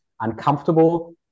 uncomfortable